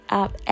up